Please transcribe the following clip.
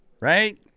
right